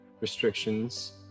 restrictions